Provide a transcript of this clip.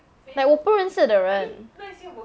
like 我不认识的人